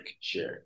share